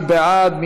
מי בעד?